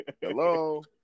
hello